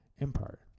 empire